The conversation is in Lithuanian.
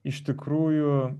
iš tikrųjų